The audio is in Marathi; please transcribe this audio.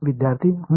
विद्यार्थी हं